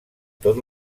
tot